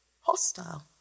hostile